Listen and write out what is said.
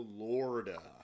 Florida